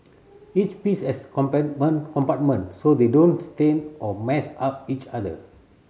each piece has compartment so they don't stain or mess up each other